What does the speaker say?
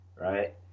right